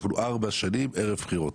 אנחנו כבר 4 שנים בערב בחירות.